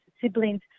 siblings